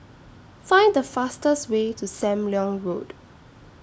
Find The fastest Way to SAM Leong Road